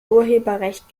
urheberrecht